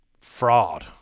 fraud